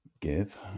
give